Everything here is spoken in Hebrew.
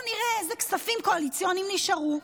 בואו נראה איזה כספים קואליציוניים נשארו.